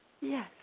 Yes